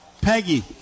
Peggy